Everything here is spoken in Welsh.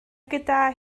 gyda